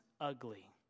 Ugly